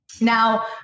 Now